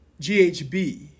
GHB